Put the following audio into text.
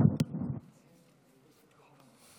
אדוני היושב-ראש,